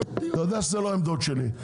אתה יודע שזה לא העמדות שלי.